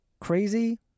Crazy